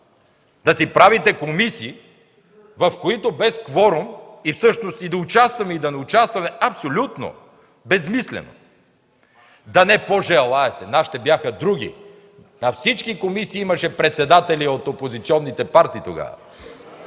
да си правите комисии, в които без кворум – всъщност и да участваме, и да не участваме, е абсолютно безсмислено, да не пожелаете... Нашите бяха други, във всички комисии имаше председатели от опозиционните партии тогава,